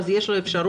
אז יש לו אפשרות